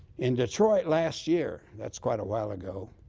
in detroit last year that's quite a while ago